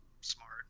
smart